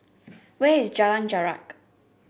where is Jalan Jarak